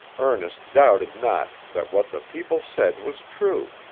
ernest doubted not that what the people said was true,